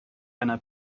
einer